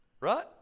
right